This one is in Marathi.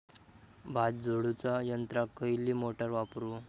भात झोडूच्या यंत्राक खयली मोटार वापरू?